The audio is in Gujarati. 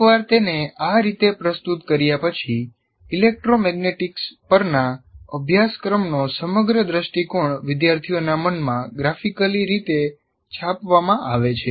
એકવાર તેને આ રીતે પ્રસ્તુત કર્યા પછી ઇલેક્ટ્રોમેગ્નેટિક્સ પરના અભ્યાસક્રમનો સમગ્ર દૃષ્ટિકોણ વિદ્યાર્થીઓના મનમાં ગ્રાફિકલી રીતે છાપવામાં આવે છે